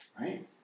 right